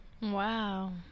Wow